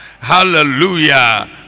Hallelujah